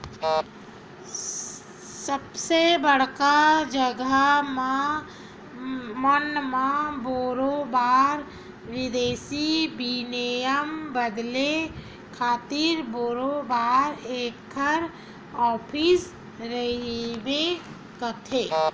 सबे बड़का जघा मन म बरोबर बिदेसी बिनिमय बदले खातिर बरोबर ऐखर ऑफिस रहिबे करथे